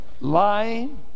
Lying